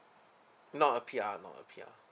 not a P_R not a P_R